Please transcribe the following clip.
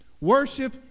worship